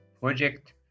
Project